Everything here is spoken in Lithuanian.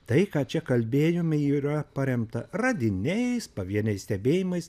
tai ką čia kalbėjom yra paremta radiniais pavieniai stebėjimais